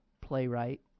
playwright